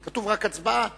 כתוב: רק הצבעה.